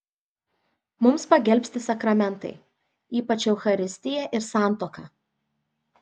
mums pagelbsti sakramentai ypač eucharistija ir santuoka